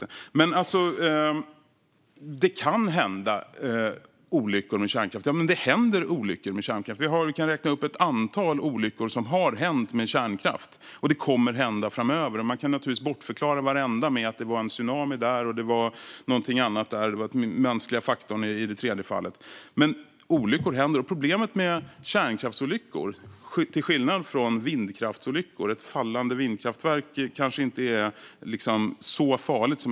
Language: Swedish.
När det gäller att det kan hända olyckor med kärnkraft: Det händer olyckor med kärnkraft. Jag kan räkna upp ett antal olyckor som har hänt med kärnkraft, och det kommer att hända olyckor framöver. Man kan naturligtvis bortförklara varenda en med att det var en tsunami här, något annat där och mänskliga faktorn i det tredje fallet, men olyckor händer. Problemet med kärnkraftsolyckor, till skillnad från vindkraftsolyckor, är att det blir enorma skador när ett kärnkraftverk går sönder.